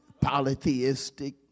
polytheistic